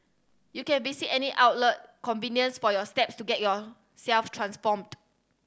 you can visit any outlet convenience for your steps to get yourself transformed